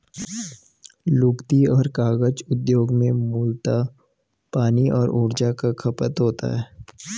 लुगदी और कागज उद्योग में मूलतः पानी और ऊर्जा का खपत होता है